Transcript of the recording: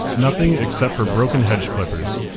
nothing, except for broken hedge clippers.